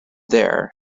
there